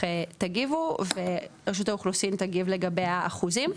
תגיבו ורשות האוכלוסין תגיב לגבי האחוזים,